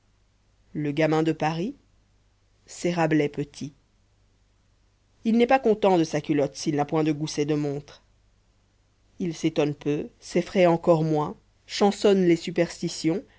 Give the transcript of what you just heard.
le gamin de paris c'est rabelais petit il n'est pas content de sa culotte s'il n'y a point de gousset de montre il s'étonne peu s'effraye encore moins chansonne les superstitions